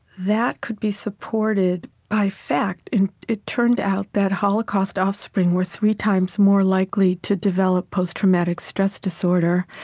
that could be supported by fact, and it turned out that holocaust offspring were three times more likely to develop post-traumatic stress disorder,